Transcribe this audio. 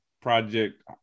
project